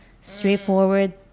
straightforward